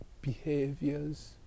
behaviors